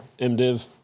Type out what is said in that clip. MDiv